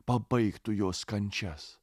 pabaigtų jos kančias